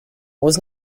was